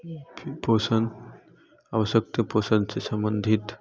पोषण आवश्यकता पोषण से संबंधित